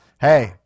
Hey